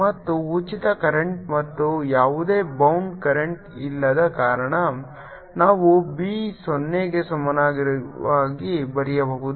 ಮತ್ತು ಉಚಿತ ಕರೆಂಟ್ ಮತ್ತು ಯಾವುದೇ ಬೌಂಡ್ ಕರೆಂಟ್ ಇಲ್ಲದ ಕಾರಣ ನಾವು B ಅನ್ನು 0 ಗೆ ಸಮಾನವಾಗಿ ಬರೆಯಬಹುದು